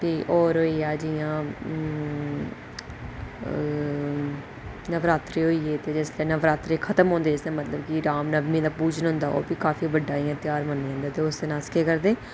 प्ही होर होइया जि'यां नवरात्रे होइया जेह्दे आस्तै खत्म होंदे जिस दिन मतलब कि राम नवमीं दा पूजन होंदा ओह् बी काफी बड़ा इ'यां ध्यार मन्नेआ जंदा उस दिन अस केह् करदे